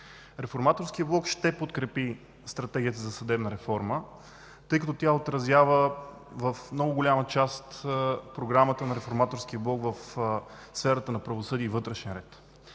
Реформаторският блок ще подкрепи Стратегията за съдебна реформа, тъй като тя отразява в много голяма част програмата на Реформаторския блок в сферата на правосъдие и вътрешен ред.